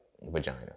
vagina